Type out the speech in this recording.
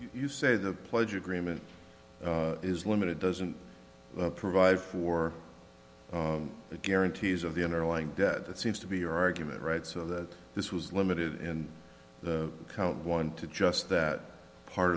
you say the pledge agreement is limited doesn't provide for the guarantees of the underlying debt that seems to be your argument right so that this was limited in the count one to just that part